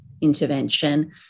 intervention